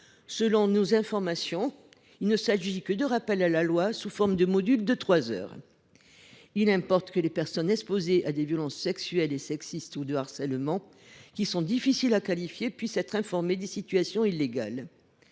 Selon nos informations, il ne s’agit de plus que de rappels à la loi sous forme de modules de trois heures. Il importe que les personnes exposées à des violences sexuelles et sexistes ou de harcèlement qui sont difficiles à qualifier puissent être informées des situations illégales.